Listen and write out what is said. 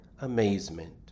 amazement